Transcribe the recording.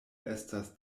estas